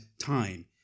time